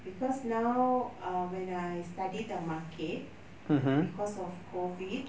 because now err when I study the market because of COVID